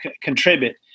contribute